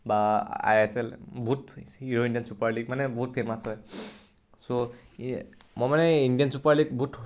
বা I S L বহুত hero Indian super league মানে বহুত ফেমাছ হয় চ' মই মানে ইণ্ডিয়ান ছুপাৰ লীগ বহুত